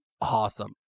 awesome